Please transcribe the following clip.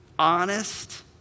honest